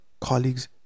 colleagues